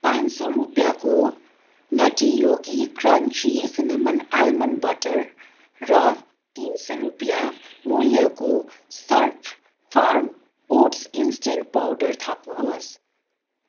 पाँच सौ रुपियाँको nutty Yogi crunchy cinnamon almond butter र तिन सौ रुपियाँ मूल्यको Slurrp Farm oats instant powder थप्नुहोस्